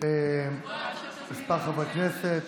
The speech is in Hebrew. כמה חברי כנסת.